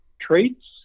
traits